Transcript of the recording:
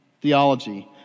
theology